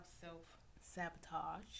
self-sabotage